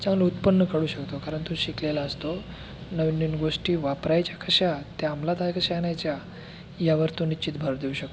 चांगलं उत्पन्न काढू शकतो कारण तो शिकलेला असतो नवीन नवीन गोष्टी वापरायच्या कशा त्या अंमलात आय कशा आणायच्या यावर तो निश्चित भर देऊ शकतो